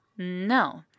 no